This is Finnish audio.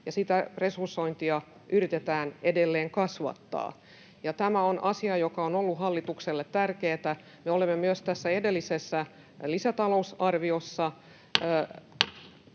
ja sitä resursointia yritetään edelleen kasvattaa, ja tämä on asia, joka on ollut hallitukselle tärkeä. Me olemme myös tässä edellisessä lisätalousarviossa